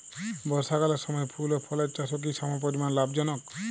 বর্ষাকালের সময় ফুল ও ফলের চাষও কি সমপরিমাণ লাভজনক?